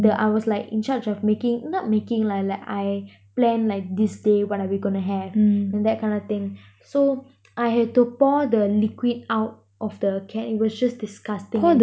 the I was like in charge of making not making like like I plan like this day what are we going to have and that kind of thing so I had to pour the liquid out of the can it was just disgusting eh the liquid younger lei board to the grass lah cause there's no rubbish bin or anything [what] ya so